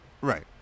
Right